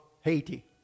Haiti